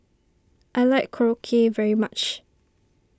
I like Korokke very much